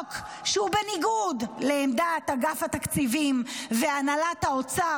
חוק שהוא בניגוד לעמדת אגף תקציבים והנהלת האוצר,